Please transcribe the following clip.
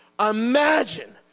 Imagine